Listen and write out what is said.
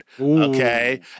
okay